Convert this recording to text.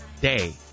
Day